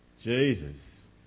Jesus